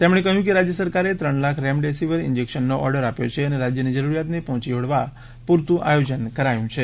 તેમણે કહ્યું કે રાજ્ય સરકારે ત્રણ લાખ રેમડેસીવીર ઇન્જેક્શનનો ઓર્ડર આપ્યો છે અને રાજ્યની જરૂરિયાતને પહોંચી વળવા પુરતું આયોજન કરાયું છે